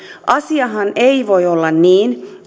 asiahan ei voi olla niin